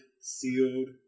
sealed